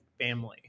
family